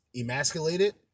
emasculated